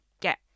get